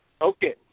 Okay